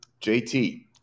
JT